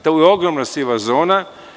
To je ogromna siva zona.